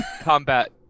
combat